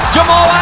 Jamal